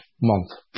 Month